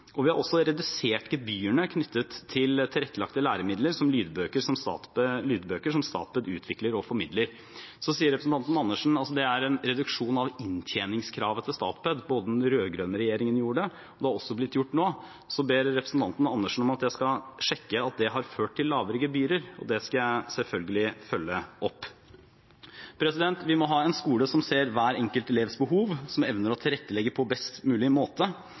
og vi har også redusert gebyrene knyttet til tilrettelagte læremidler, slik som lydbøker som Statped utvikler og formidler, altså en reduksjon av inntjeningskravet til Statped – den rød-grønne regjeringen gjorde det, og det er også blitt gjort nå. Så ber representanten Andersen meg om å sjekke om det har ført til lavere gebyrer, og det skal jeg selvfølgelig følge opp. Vi må ha en skole som ser hver enkelt elevs behov, som evner å tilrettelegge på best mulig måte.